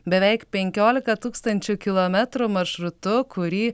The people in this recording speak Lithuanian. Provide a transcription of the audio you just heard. beveik penkiolika tūkstančių kilometrų maršrutu kurį